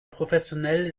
professionell